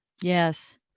Yes